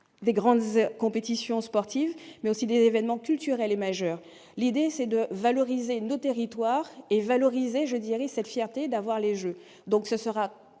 des grandes compétitions sportives mais aussi des événements culturels et majeur, l'idée c'est de valoriser notre territoire est valorisé, je dirais cette fierté d'avoir les jeux, donc ce sera